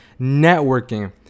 networking